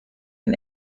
and